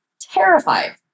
Terrified